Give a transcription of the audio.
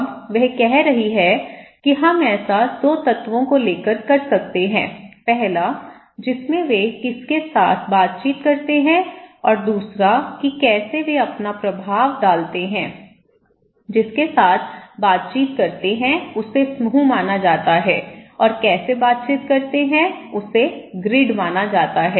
अब वह कह रही है कि हम ऐसा 2 तत्वों को लेकर कर सकते हैं पहला जिसमें वे किसके साथ बातचीत करते हैं और दूसरा कि कैसे वे अपना प्रभाव डालते हैं जिसके साथ बातचीत करते हैं उसे समूह माना जाता है और कैसे बातचीत करते हैं उसे ग्रिड माना जाता है